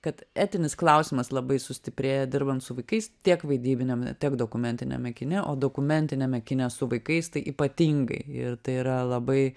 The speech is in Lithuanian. kad etinis klausimas labai sustiprėja dirbant su vaikais tiek vaidybiniame tiek dokumentiniame kine o dokumentiniame kine su vaikais tai ypatingai ir tai yra labai